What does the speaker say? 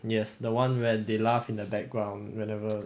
yes the one where they laugh in the background whenever